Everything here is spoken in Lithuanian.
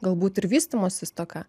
galbūt ir vystymosi stoka